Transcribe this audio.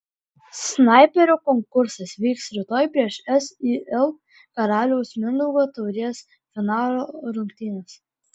snaiperio konkursas vyks rytoj prieš sil karaliaus mindaugo taurės finalo rungtynes